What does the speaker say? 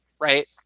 right